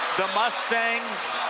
the mustangs